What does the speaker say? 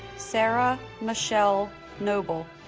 sarah michelle noble